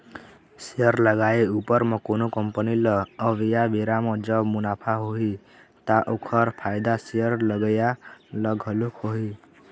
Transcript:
share लगाए उपर म कोनो कंपनी ल अवइया बेरा म जब मुनाफा होही ता ओखर फायदा शेयर लगइया ल घलोक होही